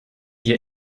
hier